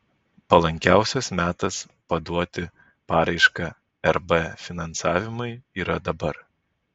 palankiausias metas paduoti paraišką rb finansavimui yra dabar